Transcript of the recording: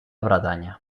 bretanya